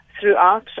throughout